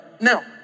now